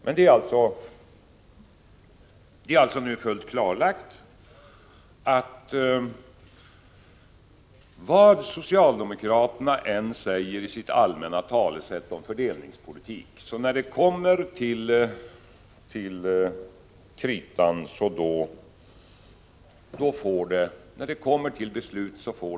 Men det är nu fullt klarlagt, att vad socialdemokraterna än säger i sitt allmänna tal om fördelningspolitik, blir det sådana här effekter när det kommer till beslut.